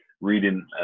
reading